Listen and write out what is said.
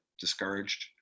discouraged